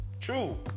True